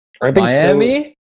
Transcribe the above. Miami